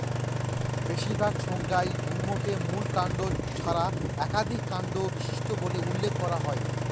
বেশিরভাগ সংজ্ঞায় গুল্মকে মূল কাণ্ড ছাড়া একাধিক কাণ্ড বিশিষ্ট বলে উল্লেখ করা হয়